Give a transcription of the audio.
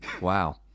Wow